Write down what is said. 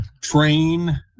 Train